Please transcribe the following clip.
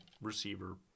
receiver